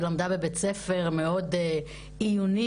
שלמדה בבית ספר מאוד עיוני,